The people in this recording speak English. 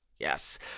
Yes